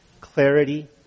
clarity